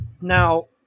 now